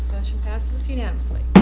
motion passes unanimously.